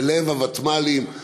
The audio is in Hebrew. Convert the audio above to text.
בלב הוותמ"לים,